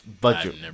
Budget